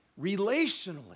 relationally